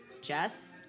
Jess